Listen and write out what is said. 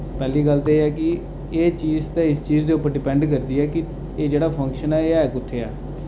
पैह्ली गल्ल ते एह् ऐ की एह् चीज ते इस चीज दे उप्पर डिपेंड करदी ऐ की एह् जेह्ड़ा फंक्शन ऐ एह् है कुत्थै ऐ